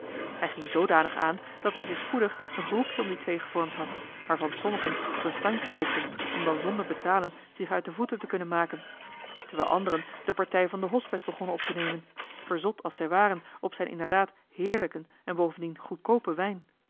hij ging zoodanig aan dat er zich spoedig een groepje om die twee gevormd had waarvan sommigen op een standje hoopten om dan zonder betalen zich uit de voeten te kunnen maken terwijl anderen de partij van den hospes begonnen op te nemen verzot als zij waren op zijn inderdaad beerlijken en bovendien goedkoopen wijn